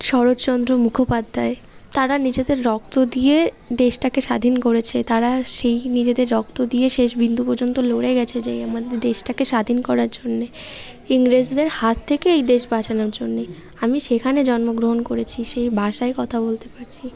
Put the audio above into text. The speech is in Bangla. শরৎচন্দ্র মুখোপাধ্যায় তারা নিজেদের রক্ত দিয়ে দেশটাকে স্বাধীন করেছে তারা সেই নিজেদের রক্ত দিয়ে শেষ বিন্দু পর্যন্ত লড়ে গিয়েছে যেই আমাদের দেশটাকে স্বাধীন করার জন্য ইংরেজদের হাত থেকে এই দেশ বাঁচানোর জন্য আমি সেখানে জন্মগ্রহণ করেছি সেই ভাষায় কথা বলতে পারছি